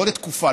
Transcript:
זה לא לתקופה,